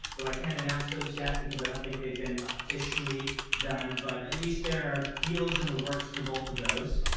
though i can't announce those yet because i don't think they've been officially done. but at least there are deals in the works for both of those.